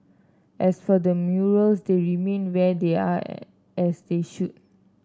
as for the murals they remain where they are as they should